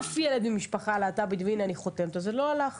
אף ילד ממשפחה להט"בית והינה אני חותמת על זה לא הלך